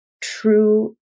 true